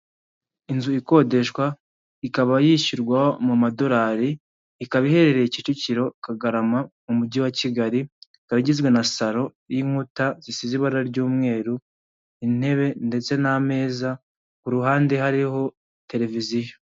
Inzu ikodeshwa ikaba yishyurwa mu madolari, ikaba iherereye Kicukiro, Kagarama mu mujyi wa Kigali, ikaba igizwe na salo y'inkuta zisize ibara ry'umweru, intebe ndetse n'ameza ku ruhande hariho televiziyo.